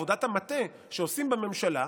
עבודת המטה שעושים בממשלה,